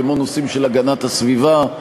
כמו נושאים של הגנת הסביבה,